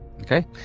Okay